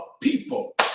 people